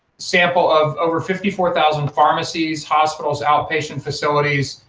sample of over fifty four thousand pharmacies, hospitals, out-patient facilities,